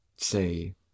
say